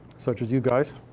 such as you guys.